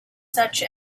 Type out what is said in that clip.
such